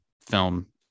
film